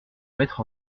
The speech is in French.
mettre